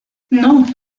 non